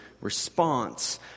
response